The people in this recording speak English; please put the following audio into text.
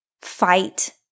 fight